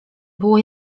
było